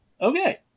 okay